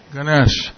Ganesh